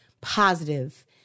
positive